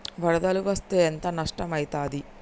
వరదలు వస్తే ఎంత నష్టం ఐతది?